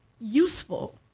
useful